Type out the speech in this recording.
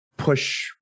push